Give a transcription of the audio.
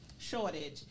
Shortage